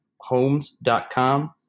homes.com